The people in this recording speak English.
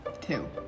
Two